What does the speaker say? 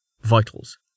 Vitals